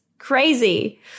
crazy